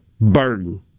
burden